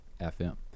FM